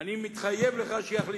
אני מתחייב לך שיחליפו.